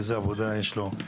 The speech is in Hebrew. איזו עבודה יש לו,